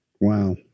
Wow